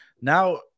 Now